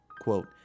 Quote